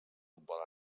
futbol